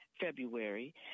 February